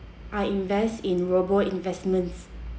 I invest in robo investments